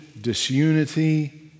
disunity